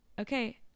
okay